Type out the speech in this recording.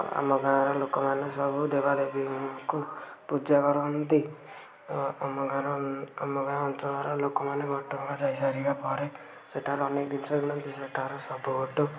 ଆମ ଗାଆଁର ଲୋକମାନେ ସବୁ ଦେବାଦେବୀଙ୍କୁ ପୂଜା କରନ୍ତି ଆମ ଗାଁର ଆମ ଗାଁ ଅଞ୍ଚଳର ଲୋକମାନେ ଘଟଗାଁ ଯାଇସାରିବା ପରେ ସେଠାରେ ଅନେକ ଜିନିଷ କିଣନ୍ତି ସେଠାରେ ସବୁଠୁ